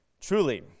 truly